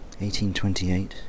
1828